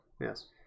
yes